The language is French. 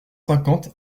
cinquante